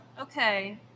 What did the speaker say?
Okay